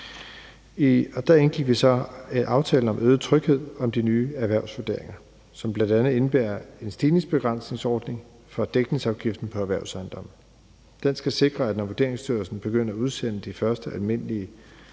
Der indgik vi så aftalen om øget tryghed om de nye erhvervsvurderinger, som bl.a. indebærer en stigningsbegrænsningsordning for dækningsafgiften på erhvervsejendomme. Den skal sikre, at når Vurderingsstyrelsen begynder at udsende de første almindelige